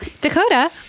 Dakota